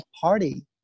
party